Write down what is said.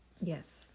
Yes